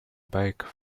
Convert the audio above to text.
back